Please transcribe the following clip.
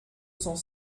cent